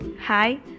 hi